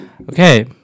Okay